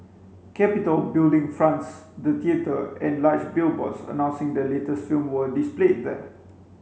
capitol Building fronts the theatre and large billboards announcing the latest film were displayed there